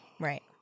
Right